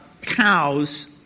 cows